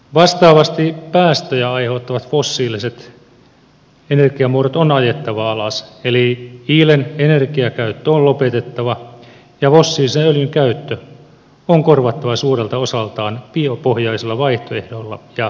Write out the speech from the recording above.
vastaavasti päästöjä aiheuttavat fossiiliset energiamuodot on ajettava alas eli hiilen energiakäyttö on lopetettava ja fossiilisen öljyn käyttö on korvattava suurelta osaltaan biopohjaisilla vaihtoehdoilla ja sähköllä